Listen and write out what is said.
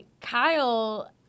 Kyle